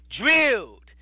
drilled